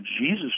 Jesus